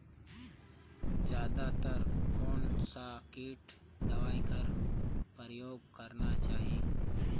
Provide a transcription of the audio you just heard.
जादा तर कोन स किट दवाई कर प्रयोग करना चाही?